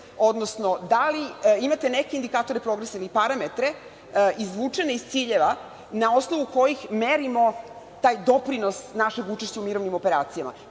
odnosno da li imate neke indikatore, progresivne parametre izvučene iz ciljeva na osnovu kojih merimo taj doprinos našeg učešća u mirovnim operacijama?